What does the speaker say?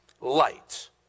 light